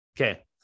okay